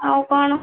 ଆଉ କ'ଣ